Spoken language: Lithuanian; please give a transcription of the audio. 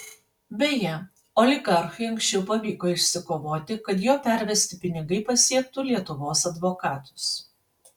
beje oligarchui anksčiau pavyko išsikovoti kad jo pervesti pinigai pasiektų lietuvos advokatus